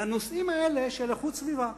בנושאים האלה של איכות סביבה?